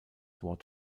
wort